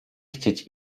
chcieć